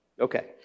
Okay